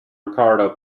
ricardo